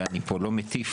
ואני פה לא מטיף,